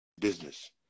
business